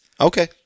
Okay